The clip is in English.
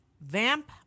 Vamp